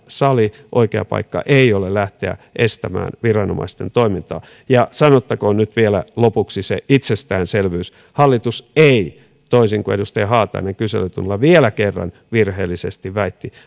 sali oikea paikka ei ole lähteä estämään viranomaisten toimintaa ja sanottakoon nyt vielä lopuksi se itsestäänselvyys että hallitus ei toisin kuin edustaja haatainen kyselytunnilla vielä kerran virheellisesti väitti